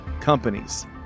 companies